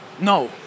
no